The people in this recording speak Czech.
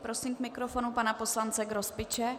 Prosím k mikrofonu pana poslance Grospiče.